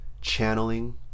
Channeling